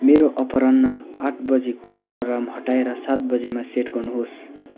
मेरो अपराह्न आठ बजीको अलार्म हटाएर सात बजेमा सेट गर्नुहोस्